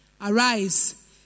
Arise